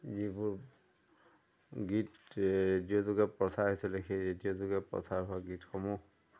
যিবোৰ গীত ৰেডিঅ'যোগে প্ৰচাৰ হৈছিলে সেই ৰেডিঅ'যোগে প্ৰচাৰ হোৱা গীতসমূহ